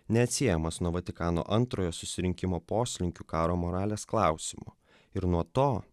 neatsiejamas nuo vatikano antrojo susirinkimo poslinkių karo moralės klausimu ir nuo to